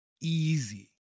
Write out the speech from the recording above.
easy